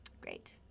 Great